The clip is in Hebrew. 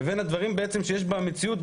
לבין הדברים בעצם שיש במציאות,